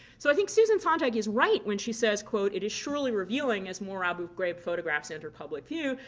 so i think susan sontag is right when she says, quote, it is surely revealing, as more abu ghraib photographs enter public view,